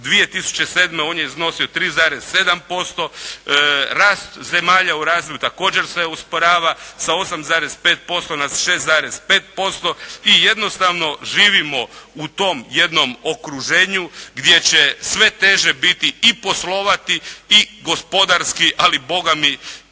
2007. on je iznosio 3,7%, rast zemalja u razvoju također se usporava sa 8,5% na 6,5% i jednostavno živimo u tom jednom okruženju gdje će sve teže biti i poslovati i gospodarski, ali Boga mi